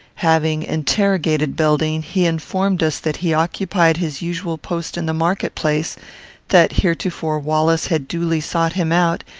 having interrogated belding, he informed us that he occupied his usual post in the market-place that heretofore wallace had duly sought him out,